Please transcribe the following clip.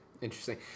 Interesting